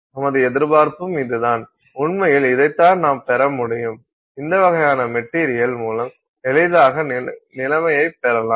நமது எதிர்பார்ப்பும் இதுதான் உண்மையில் இதைத்தான் நாம் பெற முடியும் இந்த வகையான மெட்டீரியல் மூலம் எளிதாக நிலைமையைப் பெறலாம்